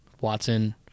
Watson